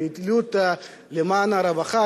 פעילות למען הרווחה,